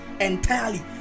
entirely